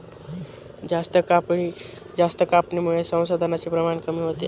जास्त कापणीमुळे संसाधनांचे प्रमाण कमी होते